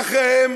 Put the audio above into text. ואחריהם